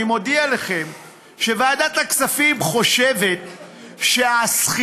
אני מודיע לכם שוועדת הכספים חושבת שהסחיטה